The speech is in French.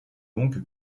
donc